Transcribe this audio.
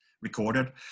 recorded